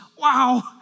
wow